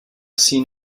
seen